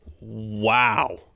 wow